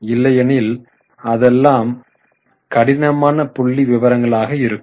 இல்லையெனில் அதெல்லாம் கடினமான புள்ளி விவரங்களாக இருக்கும்